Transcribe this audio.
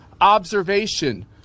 observation